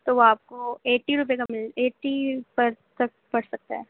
تو وہ آپ کو ایٹی روپیے کا مِل ایٹی پر سکھ پڑ سکتا ہے